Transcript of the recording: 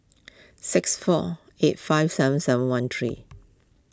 six four eight five seven seven one three